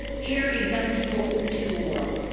carries young people into the world.